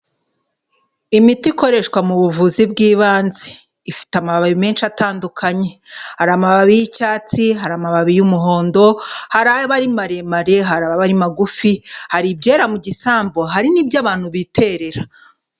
Imiti ikoreshwa mu buvuzi bw'ibanze, ifite amababi menshi atandukanye; hari amababi y'icyatsi, hari amababi y'umuhondo, hari aba ari maremare, hari abari magufi, hari ibyera mu gisambu, hari n'ibyo abantu biterera.